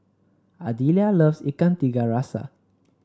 Ardelia loves Ikan Tiga Rasa